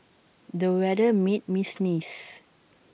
the weather made me sneeze